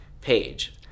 page